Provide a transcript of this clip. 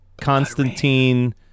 Constantine